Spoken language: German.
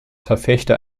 verfechter